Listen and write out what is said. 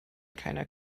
keiner